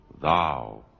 thou